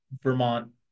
Vermont